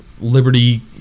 Liberty